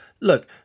look